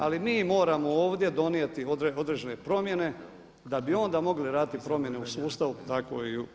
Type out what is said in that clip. Ali mi moramo ovdje donijeti određene promjene da bi onda mogli raditi promjene u sustavu pa tako i u HNB-u.